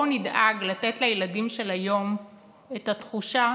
בואו נדאג לתת לילדים של היום את התחושה